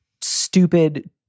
stupid